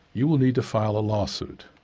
you will need to file a lawsuit.